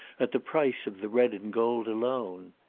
at the price of the red-and-gold alone.